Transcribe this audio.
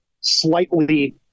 slightly